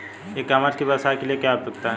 ई commerce की व्यवसाय के लिए क्या उपयोगिता है?